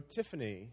Tiffany